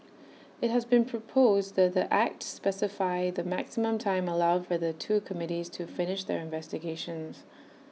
IT has been proposed that the act specify the maximum time allowed for the two committees to finish their investigations